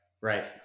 right